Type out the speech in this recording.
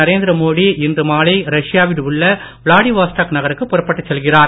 நரேந்திர மோடி இன்று மாலை ரஷ்யாவில் உள்ள விளாடிவாஸ்டாக் நகருக்கு புறப்பட்டுச் செல்கிறார்